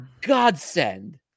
godsend